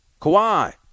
Kawhi